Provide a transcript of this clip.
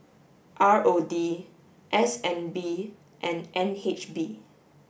R O D S N B and N H B